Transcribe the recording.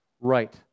right